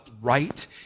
right